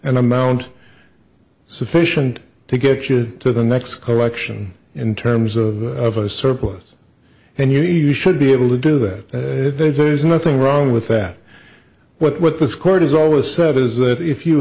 an amount sufficient to get you to the next correction in terms of a surplus and you you should be able to do that there's nothing wrong with that what this court has always said is that if you